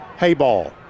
Hayball